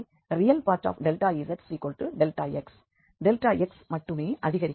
x மட்டுமே அதிகரிக்கிறது